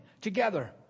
together